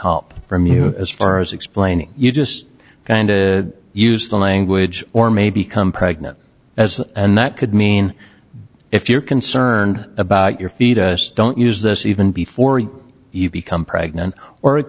help from you as far as explaining you just kind of use the language or may become pregnant as and that could mean if you're concerned about your fetus don't use this even before you become pregnant or it